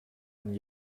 and